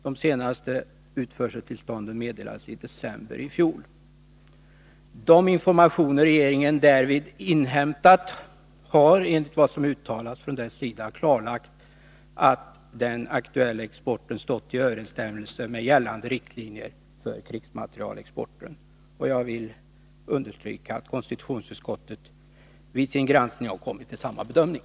De senaste utförseltillstånden meddelades i december i fjol. De informationer regeringen därvid inhämtat har, enligt vad som uttalats från den sidan, klarlagt att den aktuella exporten stått i överensstämmelse med gällande riktlinjer för krigsmaterielexport. Jag vill understryka att konstitutionsutskottet vid sin granskning har kommit till samma bedömning.